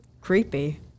creepy